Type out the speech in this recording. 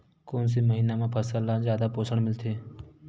कोन से महीना म फसल ल जादा पोषण मिलथे?